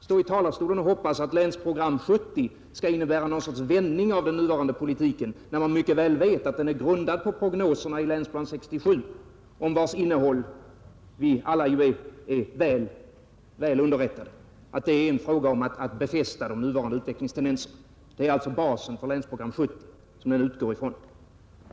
stå i talarstolen och hoppas att Länsprogram 1970 skall innebära någon sorts vändning i den nuvarande politiken, när man mycket väl vet att det är grundat på prognoserna i Länsplan 1967 om vars innehåll vi ju vet att det avser att befästa de nuvarande utvecklingstendenserna? Detta är alltså basen för Länsprogram 1970.